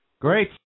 Great